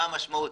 מה המשמעות.